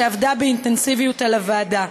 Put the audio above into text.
שעבדה באינטנסיביות על ההצעה.